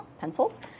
Pencils